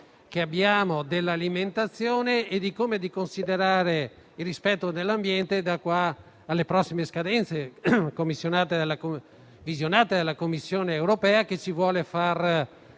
nuova visione dell'alimentazione e di come considerare il rispetto dell'ambiente da qui alle prossime scadenze visionate dalla Commissione europea; Commissione europea